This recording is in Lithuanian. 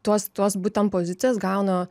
tuos tuos būtent pozicijas gauna